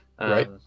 Right